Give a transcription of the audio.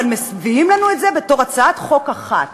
אבל מביאים לנו את זה בתור הצעת חוק אחת.